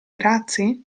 razzi